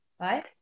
Right